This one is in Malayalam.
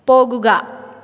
പോകുക